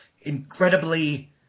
incredibly